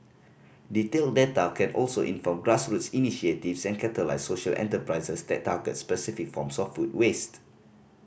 detailed data can also inform grassroots initiatives and catalyse social enterprises that target specific forms of food waste